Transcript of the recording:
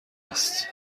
است